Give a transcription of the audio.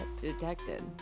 detected